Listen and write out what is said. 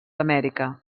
amèrica